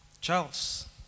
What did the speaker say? Charles